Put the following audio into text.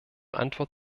antwort